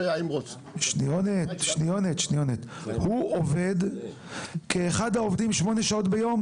הוא עובד כאחד העובדים שמונה שעות ביום?